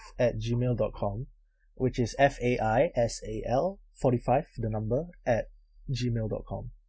at gmail dot com which is F A I S A L forty five the number at gmail dot com